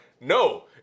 No